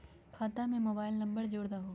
खाता में mobile number जोड़ दहु?